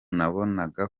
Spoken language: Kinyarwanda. nabonaga